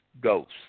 Ghost